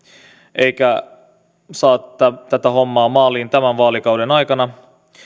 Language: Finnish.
eikä saa tätä hommaa maaliin tämän vaalikauden aikana